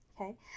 Okay